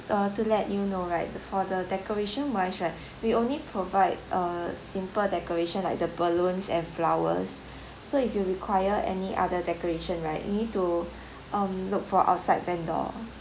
err to let you know right for the decoration wise right we only provide err simple decoration like the balloons and flowers so if you require any other decoration right you need to um look for outside vendor